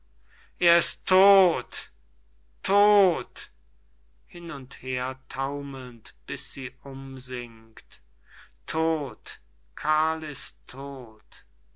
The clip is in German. er ist tod tod hin und her taumelnd bis sie umsinkt tod karl ist tod